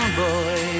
boy